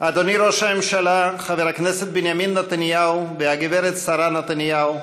אדוני ראש הממשלה חבר הכנסת בנימין נתניהו והגברת שרה נתניהו,